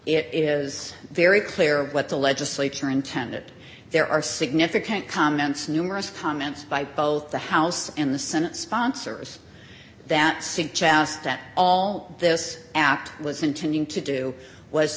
it is very clear what the legislature intended there are significant comments numerous comments by both the house and the senate sponsors that suggest that all this act was intending to do was